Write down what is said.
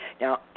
Now